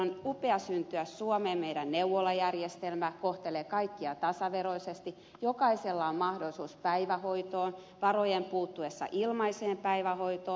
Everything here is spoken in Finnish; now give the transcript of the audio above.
on upeaa syntyä suomeen meidän neuvolajärjestelmämme kohtelee kaikkia tasaveroisesti jokaisella on mahdollisuus päivähoitoon varojen puuttuessa ilmaiseen päivähoitoon